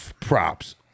props